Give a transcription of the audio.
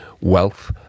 wealth